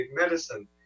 medicine